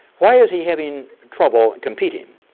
why is he having trouble competing?